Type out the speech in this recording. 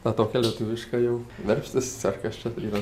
tą tokią lietuvišką jau verpstės ar kas čia yra